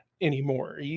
anymore